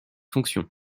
fonction